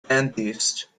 dentist